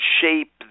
shape